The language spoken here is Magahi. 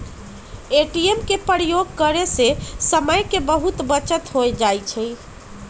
ए.टी.एम के प्रयोग करे से समय के बहुते बचत हो जाइ छइ